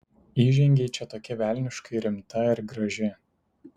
įžengei čia tokia velniškai rimta ir graži